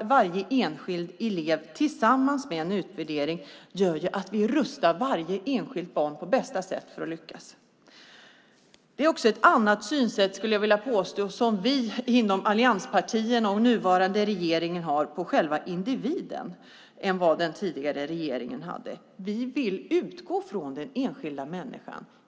varje enskild elev tillsammans med en utvärdering gör att vi rustar varje enskilt barn på bästa sätt för att lyckas. Jag skulle vilja påstå att vi inom allianspartierna och inom den nuvarande regeringen har ett annat synsätt på själva individen än vad den tidigare regeringen hade. Vi vill utgå från den enskilda människan.